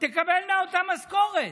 תקבלנה אותה משכורת,